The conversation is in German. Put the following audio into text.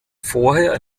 vorher